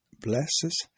blesses